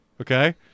okay